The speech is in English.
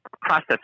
process